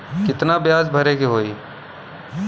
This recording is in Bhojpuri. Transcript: कितना ब्याज भरे के होई?